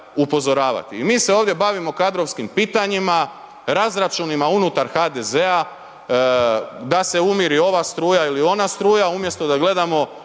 I mi se ovdje bavimo kadrovskim pitanjima, razračunima unutar HDZ-a, da se umiri ova struja ili ona struja umjesto da gledamo